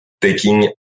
taking